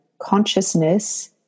consciousness